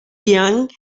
jiang